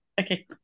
okay